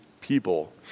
people